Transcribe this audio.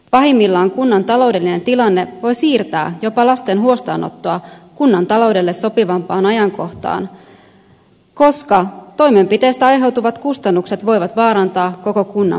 pahimmillaan kunnan taloudellinen tilanne voi siirtää jopa lasten huostaanottoa kunnan taloudelle sopivampaan ajankohtaan koska toimenpiteestä aiheutuvat kustannukset voivat vaarantaa koko kunnan budjetin